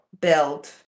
build